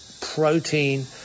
protein